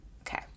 Okay